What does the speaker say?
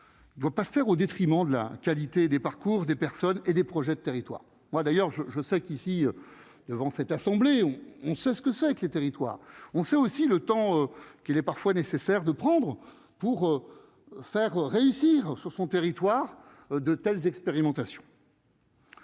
ne doit pas faire au détriment de la qualité des parcours des personnes et des projets de territoire, moi, d'ailleurs je, je sais qu'ici, devant cette assemblée on on sait ce que ça que les territoires, on fait aussi le temps qu'il est parfois nécessaire de prendre pour faire réussir sur son territoire de telles expérimentations.